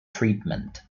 treatment